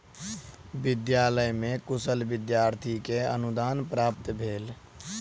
विद्यालय में कुशल विद्यार्थी के अनुदान प्राप्त भेल